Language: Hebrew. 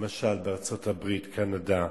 למשל בארצות-הברית, קנדה,